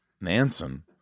Nansen